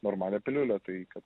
normalią piliulę tai kad